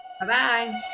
Bye-bye